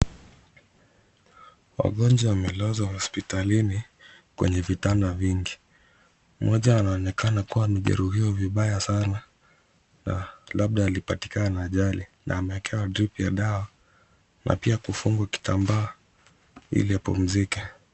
Wagonjwa wamelazwa hospitalini kwenye vitanda vingi. Mmoja anaonekana kuwa amejeruhiwa vibaya sana, na labda amepatikana na ajali na ameekewa dripu ya dawa na pia kufungwa kitambaa ili apumzike.